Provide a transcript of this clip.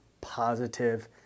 positive